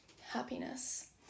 happiness